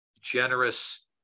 generous